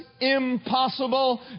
impossible